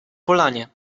polanie